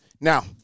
Now